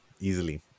easily